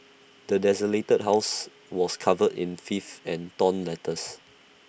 the desolated house was covered in filth and torn letters